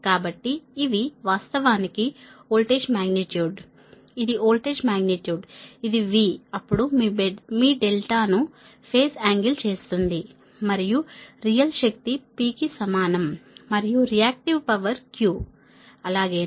కాబట్టి ఇవి వాస్తవానికి వోల్టేజ్ మాగ్నిట్యూడ్ ఇది వోల్టేజ్ మాగ్నిట్యూడ్ ఇది V అప్పుడు మీ డెల్టా ను ఫేజ్ ఆంగిల్ చేస్తుంది మరియు రియల్ శక్తి P కి సమానం మరియు రియాక్టివ్ పవర్ Q అలాగేనా